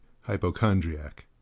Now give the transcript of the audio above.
hypochondriac